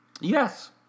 Yes